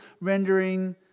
rendering